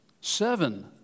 Seven